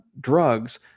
drugs